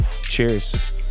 cheers